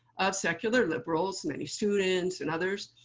of secular liberals, many students and others,